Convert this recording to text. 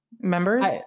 Members